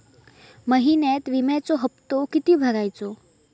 महिन्यात विम्याचो हप्तो किती भरायचो?